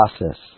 process